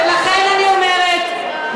ולכן אני אומרת,